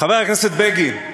חבר הכנסת בגין,